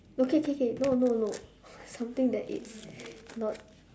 okay K K no no no something that it's not